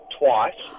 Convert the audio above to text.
twice